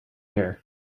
here